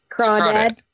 Crawdad